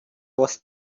was